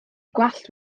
gwallt